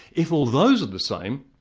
if all those are the same,